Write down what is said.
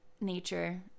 nature